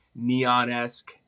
neon-esque